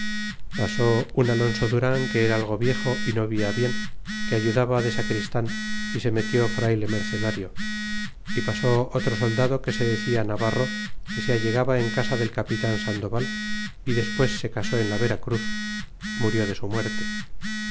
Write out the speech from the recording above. pasó un alonso duran que era algo viejo y no via bien que ayudaba de sacristan ése metió frayle mercenario e pasó otro soldado que se decia navarro que se allegaba en casa del capitan sandoval é despues se casó en la vera cruz murió de su muerte